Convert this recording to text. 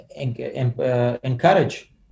encourage